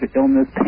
illness